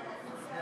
לא.